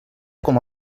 com